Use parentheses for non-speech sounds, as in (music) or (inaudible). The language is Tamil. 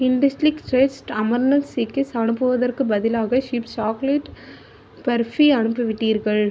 இண்டிஸீக்ரெட்ஸ் (unintelligible) அமரந்த் சிக்கீஸ் அனுப்புவதற்குப் பதிலாக ஷுப் சாக்லேட் பர்ஃபி அனுப்பிவிட்டீர்கள்